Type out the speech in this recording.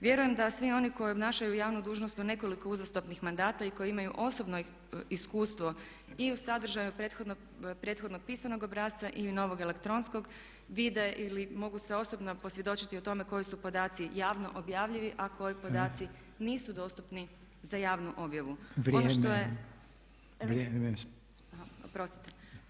Vjerujem da svi oni koji obnašaju javnu dužnost u nekoliko uzastopnih mandata i koji imaju osobno iskustvo i u sadržaju prethodnog pisanog obrasca i novog elektronskog vide ili mogu se osobno posvjedočiti o tome koji su podaci javno objavljivi a koji podaci nisu dostupni za javnu objavu [[Upadica: Vrijeme.]] Ono što je, [[Upadica: Vrijeme.]] Aha, oprostite.